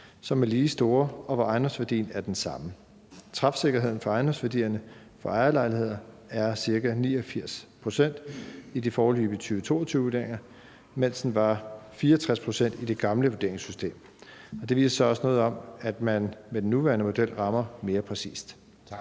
som er lige store, og hvor ejendomsværdien er den samme. Træfsikkerheden for ejendomsværdierne for ejerlejligheder er ca. 89 pct. i de foreløbige 2022-vurderinger, mens den var 64 pct. i det gamle vurderingssystem. Det viser også noget om, at man med den nuværende model rammer mere præcist.